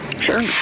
Sure